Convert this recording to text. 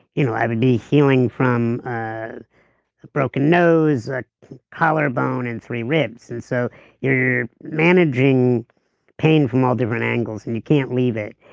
you know i would be healing from a broken nose, ah collarbone, and three ribs, and so you're managing pain from all different angles and you can't leave it.